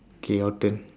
okay your turn